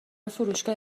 فروشگاه